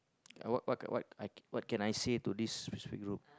what what what I what can I say to this strict rule